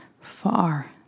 far